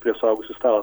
prie suaugusių stalo